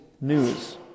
news